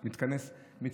אני גם מתכנס לסיום.